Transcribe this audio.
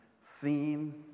seen